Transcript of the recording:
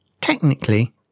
technically